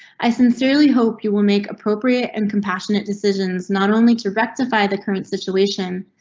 i sincerely hope you will make appropriate and compassionate decisions not only to rectify the current situation.